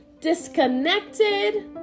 disconnected